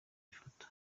ifoto